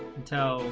until